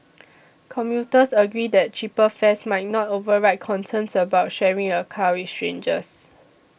commuters agreed that cheaper fares might not override concerns about sharing a car with strangers